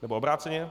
Nebo obráceně?